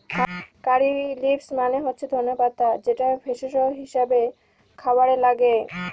কারী leaves মানে হচ্ছে ধনে পাতা যেটা ভেষজ হিসাবে খাবারে লাগে